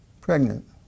pregnant